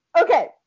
okay